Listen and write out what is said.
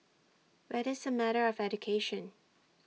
but it's A matter of education